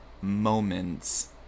moments